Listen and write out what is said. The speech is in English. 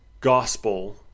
gospel